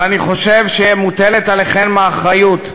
ואני חושב שמוטלת עליכם האחריות.